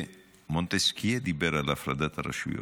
שכשמונטסקיה דיבר על הפרדת רשויות,